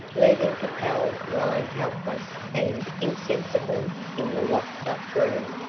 leaving capel lying helpless and insensible in the locked-up room.